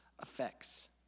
effects